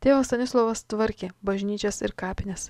tėvas stanislovas tvarkė bažnyčias ir kapines